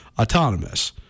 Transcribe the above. autonomous